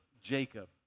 Jacob